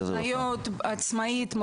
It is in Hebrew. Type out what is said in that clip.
הפניות, עצמאית.